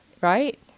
right